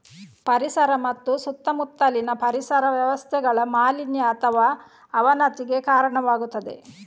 ಪರಿಸರ ಮತ್ತು ಸುತ್ತಮುತ್ತಲಿನ ಪರಿಸರ ವ್ಯವಸ್ಥೆಗಳ ಮಾಲಿನ್ಯ ಅಥವಾ ಅವನತಿಗೆ ಕಾರಣವಾಗುತ್ತದೆ